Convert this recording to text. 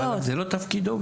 המל"ג, זה לא תפקידו בכלל.